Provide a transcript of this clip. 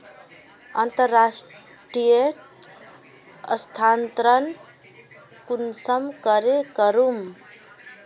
अंतर्राष्टीय स्थानंतरण कुंसम करे करूम?